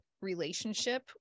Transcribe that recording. relationship